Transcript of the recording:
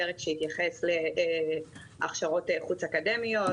פרק שהתייחס להכשרות חוץ-אקדמיות,